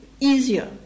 easier